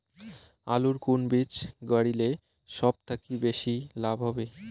আলুর কুন বীজ গারিলে সব থাকি বেশি লাভ হবে?